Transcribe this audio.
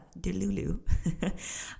Delulu